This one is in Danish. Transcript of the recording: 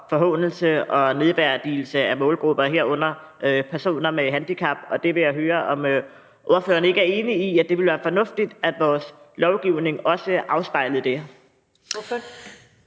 forhånelse og nedværdigelse af målgrupper, herunder personer med handicap. Og det vil jeg høre om ordføreren ikke er enig i, altså at det ville være fornuftigt, hvis vores lovgivning også afspejlede det.